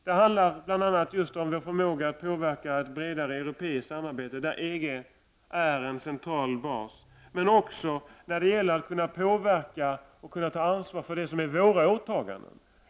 Det handlar bl.a. just om vår förmåga att påverka ett bredare europeiskt samarbete, där EG är en central bas, men också om vår förmåga att påverka och ta ansvar för det som är våra åtaganden.